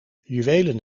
juwelen